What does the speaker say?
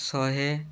ଶହେ